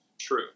true